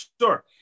Sure